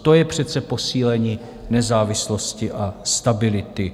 To je přece posílení nezávislosti a stability.